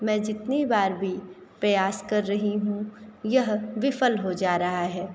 मैं जितनी बार भी प्रयास कर रही हूँ यह विफल हो जा रहा है